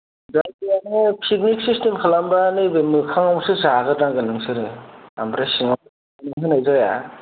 दा बेयावनो picnic system खालामब्ला नैबे मोखांआवसो जाग्रोनांगोन नोंसोरो ओमफ्राय सिङाव थ' थांनो होनाय जाया